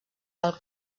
del